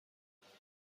اعتماد